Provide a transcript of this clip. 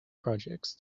projects